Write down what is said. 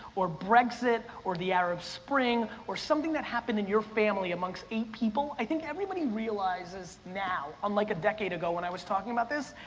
or brexit, or the arab spring, or something that happened in your family amongst eight people, i think everybody realizes now, unlike a decade ago when i was talking about this,